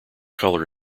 color